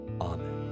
Amen